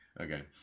Okay